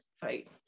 fight